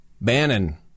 Bannon